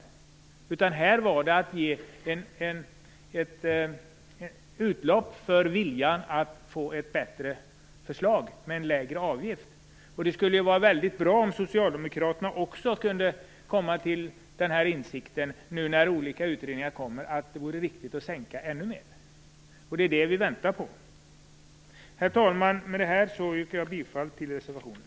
Det gällde här att ge utlopp för viljan att få ett bättre förslag med en lägre avgift. Det skulle vara väldigt bra om socialdemokraterna också kunde komma till den insikten, nu när olika utredningar kommer, att det vore riktigt att sänka ännu mer. Det är det vi väntar på. Herr talman! Med detta yrkar jag bifall till reservationen.